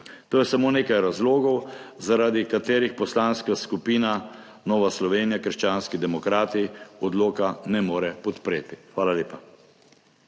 To je samo nekaj razlogov, zaradi katerih Poslanska skupina Nova Slovenija - krščanski demokrati odloka ne more podpreti. Hvala lepa.